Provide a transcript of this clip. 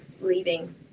leaving